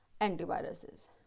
antiviruses